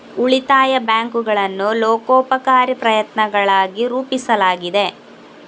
ಉಳಿತಾಯ ಬ್ಯಾಂಕುಗಳನ್ನು ಲೋಕೋಪಕಾರಿ ಪ್ರಯತ್ನಗಳಾಗಿ ರೂಪಿಸಲಾಗಿದೆ